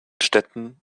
städten